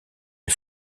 les